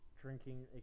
drinking